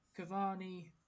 Cavani